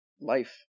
life